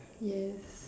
yes